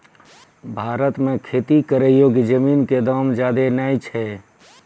भारत मॅ खेती करै योग्य जमीन कॅ दाम ज्यादा नय छै